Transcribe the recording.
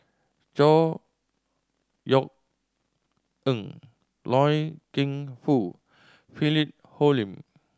Chor Yeok Eng Loy Keng Foo Philip Hoalim